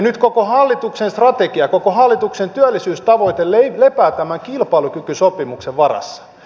nyt koko hallituksen strategia koko hallituksen työllisyystavoite lepää tämän kilpailukykysopimuksen varassa